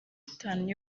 itanu